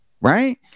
right